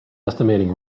estimating